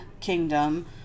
kingdom